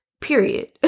period